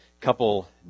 couple